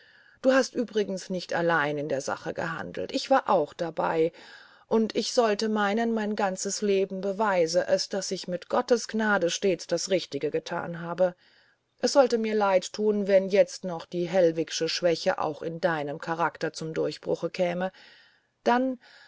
du hast übrigens nicht allein in der sache gehandelt ich war auch dabei und ich sollte meinen mein ganzes leben beweise es daß ich mit gottes gnade stets das richtige gethan habe es sollte mir leid thun wenn jetzt noch die hellwigsche schwäche auch in deinem charakter zum durchbruch käme dann